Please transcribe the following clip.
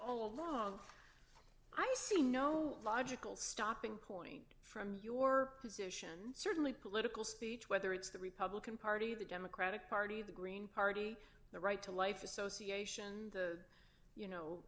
along i see no logical stopping point from your position certainly political speech whether it's the republican party the democratic party the green party the right to life association the you know